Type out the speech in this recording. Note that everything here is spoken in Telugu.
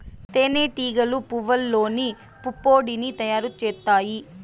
తేనె టీగలు పువ్వల్లోని పుప్పొడిని తయారు చేత్తాయి